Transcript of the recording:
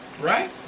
Right